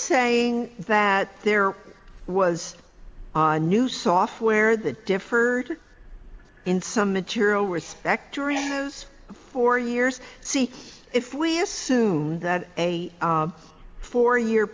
saying that there was a new software that deferred in some material respect during his four years see if we assume that a four year